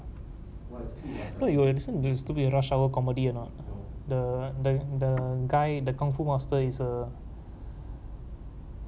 no you got listen to this stupid rush hour comedy or not the the the guy the kung fu master is a